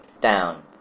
down